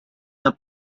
part